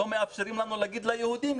לא מאפשרים לנו להגיד ליהודים,